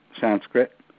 Sanskrit